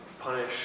punish